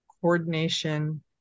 coordination